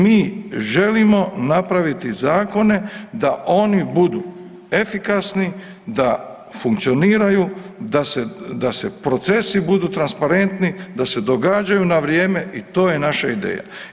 Mi želimo napraviti zakone da oni budu efikasni, da funkcioniraju, da se procesi budu transparentni, da se događaju na vrijeme i to je naša ideja.